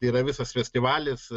tai yra visas festivalis